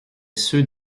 ceux